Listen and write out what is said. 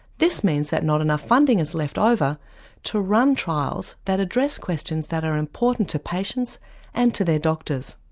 this means that not enough funding is left over to run trials that address questions that are important to patients and to their doctors.